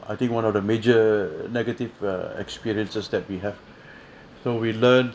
I think one of the major negative err experiences that we have so we learn